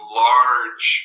large